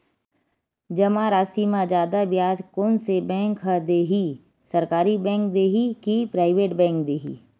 जमा राशि म जादा ब्याज कोन से बैंक ह दे ही, सरकारी बैंक दे हि कि प्राइवेट बैंक देहि?